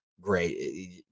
great